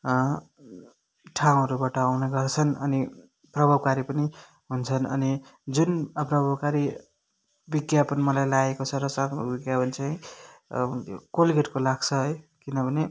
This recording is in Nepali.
ठाउँहरूबाट आउने गर्छन् अनि प्रभावकारी पनि हुन्छन् अनि जुन अप्रभावकारी विज्ञापन मलाई लागेको छ र के भन्छ है अब त्यो कोलगेटको लाग्छ है किनभने